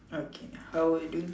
okay how are you doing